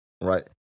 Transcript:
right